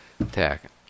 attack